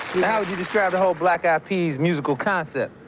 how would you describe the whole black eyed peas musical concept?